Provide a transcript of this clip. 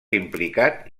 implicat